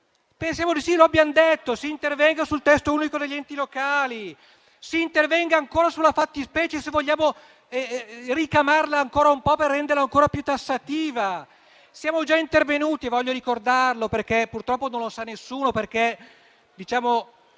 pensiamo di sì e lo abbiamo detto: si intervenga sul testo unico degli enti locali, si intervenga ancora sulla fattispecie se vogliamo rifinirla ancora un po' per renderla ancora più tassativa, ma siamo già intervenuti - voglio ricordarlo, perché purtroppo non lo sa nessuno, in quanto non